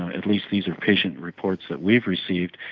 at least these are patient reports that we've received,